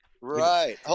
Right